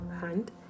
hand